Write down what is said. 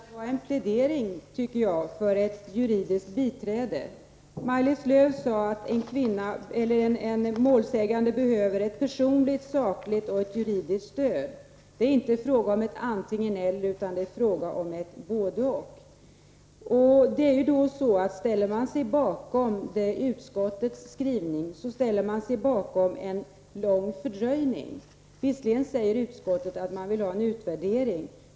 Herr talman! Maj-Lis Lööws anförande var en plädering, tycker jag, för ett juridiskt biträde. Maj-Lis Lööw sade att målsägande behöver ett personligt, sakligt och juridiskt stöd. Det är inte fråga om antingen eller, utan om både och. Ställer man sig bakom utskottets skrivning, ställer man sig bakom en lång fördröjning. Visserligen har utskottet sagt att man vill ha en utvärdering.